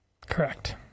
Correct